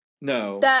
No